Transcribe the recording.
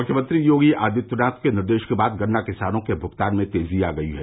मुख्यमंत्री योगी आदित्यनाथ के निर्देश के बाद गन्ना किसानों के भूगतान में तेजी आ गयी है